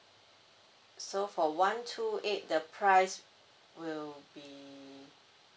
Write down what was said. so for one two eight the price will be